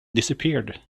disappeared